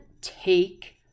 take